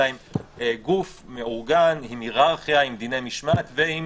אלא הם גוף מאורגן, עם היררכיה, עם דיני משמעת ועם